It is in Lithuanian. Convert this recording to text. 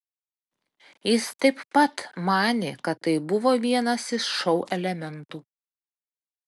jis taip pat manė kad tai buvo vienas iš šou elementų